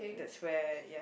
that's where ya